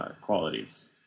qualities